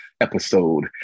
episode